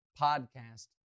podcast